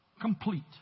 complete